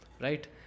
right